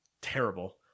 terrible